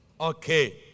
Okay